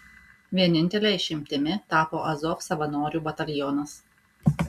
vienintele išimtimi tapo azov savanorių batalionas